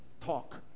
talk